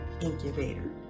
Incubator